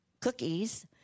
cookies